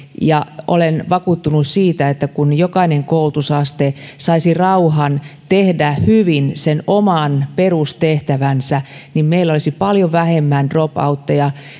olen vakuuttunut siitä että kun jokainen koulutusaste saisi rauhan tehdä hyvin sen oman perustehtävänsä meillä olisi paljon vähemmän dropouteja